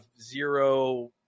zero